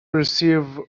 receive